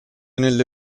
nelle